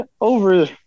over